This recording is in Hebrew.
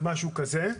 משהו כזה.